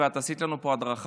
ואת עשית לנו פה הדרכה,